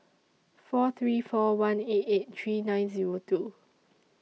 four three four one eight eight three nine Zero two